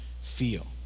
feel